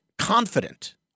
Confident